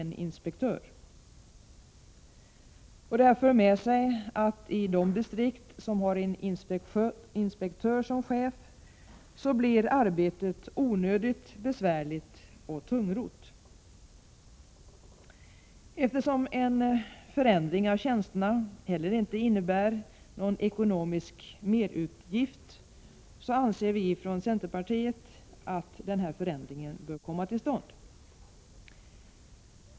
Det för med sig att arbetet i de distrikt som har en inspektör som chef blir onödigt besvärligt och tungrott. Eftersom en förändring av tjänsterna inte heller innebär någon ekonomisk merutgift, anser vi från centerpartiet att en sådan förändring bör komma till stånd.